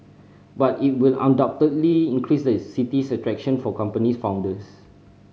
but it will undoubtedly increase the city's attraction for company founders